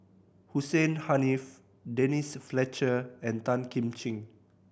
Hussein Haniff Denise Fletcher and Tan Kim Ching